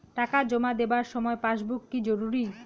টাকা জমা দেবার সময় পাসবুক কি জরুরি?